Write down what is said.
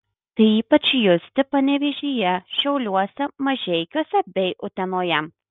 tai ypač justi panevėžyje šiauliuose mažeikiuose bei utenoje